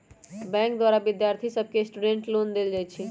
bank द्वारा विद्यार्थि सभके स्टूडेंट लोन देल जाइ छइ